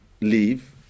leave